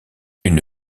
une